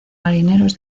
marineros